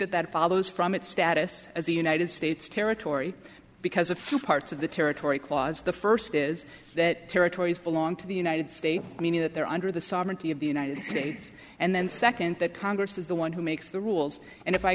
that that follows from its status as a united states territory because a few parts of the territory clause the first is that territories belong to the united states meaning that they're under the sovereignty of the united states and then second that congress is the one who makes the rules and if i